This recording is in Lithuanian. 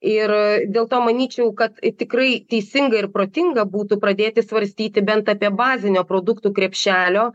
ir dėl to manyčiau kad tikrai teisinga ir protinga būtų pradėti svarstyti bent apie bazinio produktų krepšelio